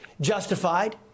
Justified